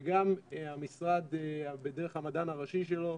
וגם המשרד, דרך המדען הראשי שלו,